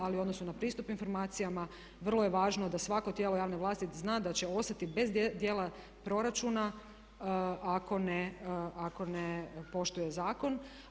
Ali u odnosu na pristup informacijama vrlo je važno da svako tijelo javne vlasti zna da će ostati bez dijela proračuna ako ne poštuje zakon.